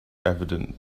evident